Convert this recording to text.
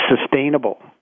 sustainable